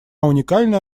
уникальная